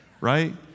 right